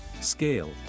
scale